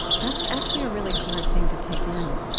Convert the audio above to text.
that's actually a really hard thing to take in,